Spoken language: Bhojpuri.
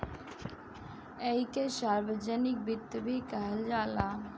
ऐइके सार्वजनिक वित्त भी कहल जाला